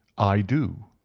i do.